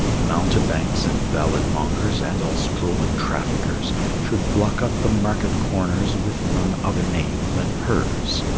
mountebanks and ballad-mongers and all strolling traffickers should block up the market corners with none other name than hers.